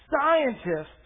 scientists